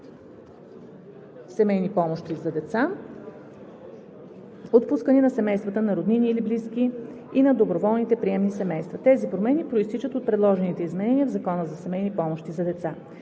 семейни помощи за деца, отпускани на семействата на роднини или близки и на доброволните приемни семейства. Тези промени произтичат от предложените изменения в Закона за семейни помощи за деца.